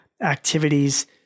Activities